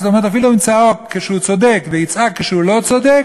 זאת אומרת אפילו אם "צעק" כשהוא צודק ו"יצעק" כשהוא לא צודק,